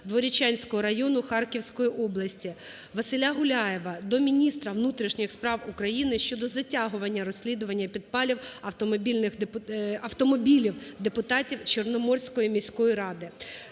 Дворічанського району Харківської області. Василя Гуляєва до міністра внутрішніх справ України щодо затягування розслідування підпалів автомобілів депутатів Чорноморської міської ради.